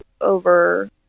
over